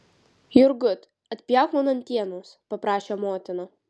jurgut atpjauk man antienos paprašė motina